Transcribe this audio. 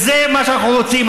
זה מה שאנחנו רוצים,